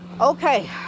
Okay